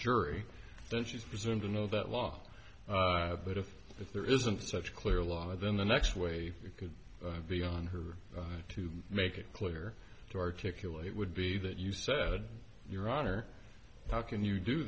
jury that she's presumed to know that law but if if there isn't such clear law then the next way it could be on her to make it clear to articulate would be that you said your honor how can you do